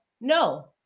No